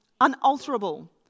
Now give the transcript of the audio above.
unalterable